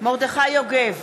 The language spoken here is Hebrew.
מרדכי יוגב,